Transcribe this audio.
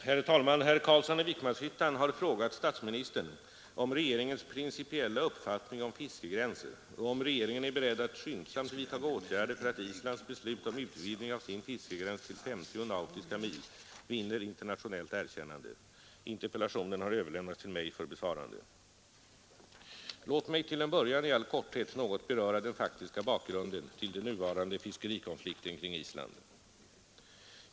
Herr talman! Herr Carlsson i Vikmanshyttan har frågat statsministern om regeringens principiella uppfattning om fiskegränser och om regeringen är beredd att skyndsamt vidtaga åtgärder för att Islands beslut om utvidgning av sin fiskegräns till 50 nautiska mil vinner internationellt erkännande. Interpellationen har överlämnats till mig för besvarande. Låt mig till en början i all korthet något beröra den faktiska bakgrunden till den nuvarande fiskerikonflikten kring Island.